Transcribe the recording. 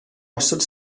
osod